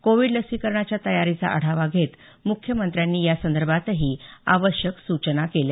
Covid लसीकरणाच्या तयारीचा आढावा घेत मुख्यमंत्र्यांनी यासंदर्भातही आवश्यक सूचना केल्या